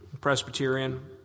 Presbyterian